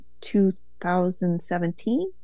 2017